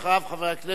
אחריו, חבר הכנסת